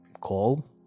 call